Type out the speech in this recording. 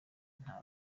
nta